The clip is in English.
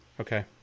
Okay